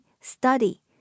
study